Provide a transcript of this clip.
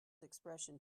expression